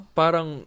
parang